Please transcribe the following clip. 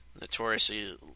notoriously